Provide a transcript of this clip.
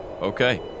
Okay